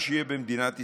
מה שיהיה במדינת ישראל,